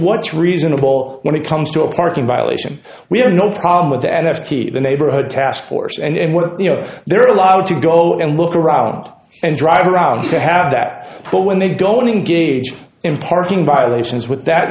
what's reasonable when it comes to a parking violation we have no problem with the n f t the neighborhood task force and what you know there are allowed to go and look around and drive around to have that but when they don't engage in parking violations with that